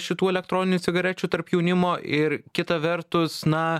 šitų elektroninių cigarečių tarp jaunimo ir kita vertus na